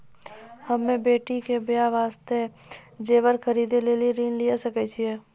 हम्मे बेटी के बियाह वास्ते जेबर खरीदे लेली ऋण लिये सकय छियै?